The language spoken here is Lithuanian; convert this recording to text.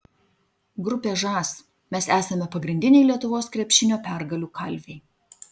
grupė žas mes esame pagrindiniai lietuvos krepšinio pergalių kalviai